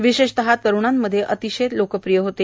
विशेषतः तरुणांमध्ये ते अतिशय लोकप्रिय होते